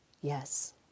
yes